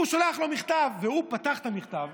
והוא שולח לו מכתב, והוא פתח את המכתב